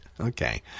Okay